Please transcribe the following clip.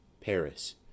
Paris